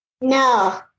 No